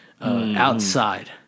outside